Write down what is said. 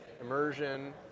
Immersion